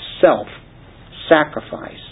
self-sacrifice